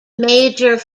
major